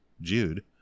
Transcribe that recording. Jude